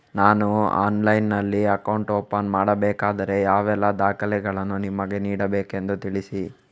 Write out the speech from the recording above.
ನಾನು ಆನ್ಲೈನ್ನಲ್ಲಿ account open ಮಾಡಬೇಕಾದರೆ ಯಾವ ಎಲ್ಲ ದಾಖಲೆಗಳನ್ನು ನಿಮಗೆ ನೀಡಬೇಕೆಂದು ತಿಳಿಸಿ?